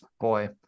boy